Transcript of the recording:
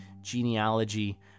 genealogy